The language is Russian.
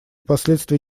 последствия